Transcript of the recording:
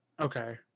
Okay